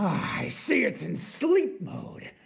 i see, it's in sleep mode.